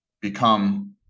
become